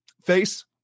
face